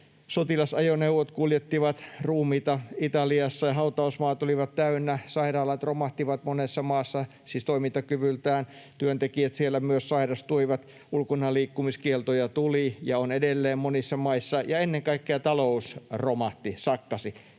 sotilasajoneuvot kuljettivat ruumiita Italiassa ja hautausmaat olivat täynnä, sairaalat romahtivat monessa maassa, siis toimintakyvyltään, myös työntekijät siellä sairastuivat, ulkonaliikkumiskieltoja tuli ja on edelleen monissa maissa, ja ennen kaikkea talous romahti, sakkasi.